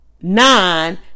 nine